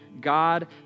God